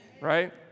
right